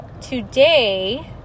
Today